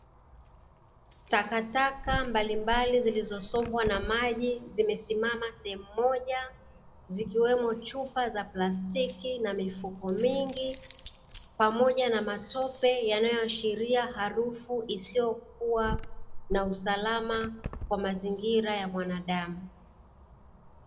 Takataka mbalimbali zilizosombwa na maji, zimesimama sehemu moja, zikiwemo chupa za plastiki na mifuko mingi, pamoja na matope yanayoashiria harufu isiyokuwa na usalama kwa mazingira ya mwanadamu.